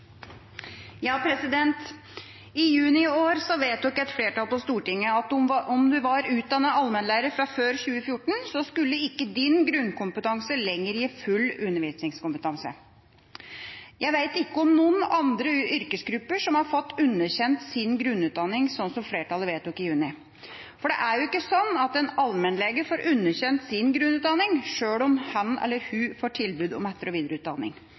I juni i år vedtok et flertall på Stortinget at om du var utdannet allmennlærer fra før 2014, skulle ikke din grunnkompetanse lenger gi full undervisningskompetanse. Jeg vet ikke om noen andre yrkesgrupper som har fått underkjent sin grunnutdanning sånn som flertallet vedtok i juni. For det er jo ikke sånn at en allmennlege får underkjent sin grunnutdanning sjøl om han eller hun får tilbud om etter- og videreutdanning,